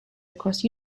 across